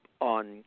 on